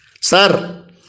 Sir